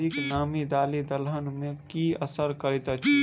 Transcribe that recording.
अधिक नामी दालि दलहन मे की असर करैत अछि?